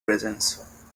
presence